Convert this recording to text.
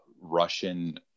Russian